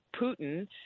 Putin